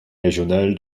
régional